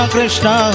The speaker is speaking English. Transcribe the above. Krishna